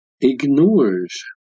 ignores